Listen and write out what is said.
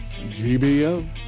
GBO